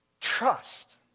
trust